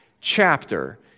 chapter